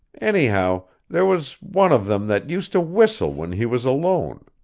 anyhow, there was one of them that used to whistle when he was alone.